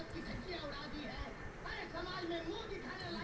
Bank से मुर्गी पालन खातिर कितना तक ऋण प्राप्त हो सकेला?